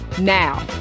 Now